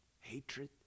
hatred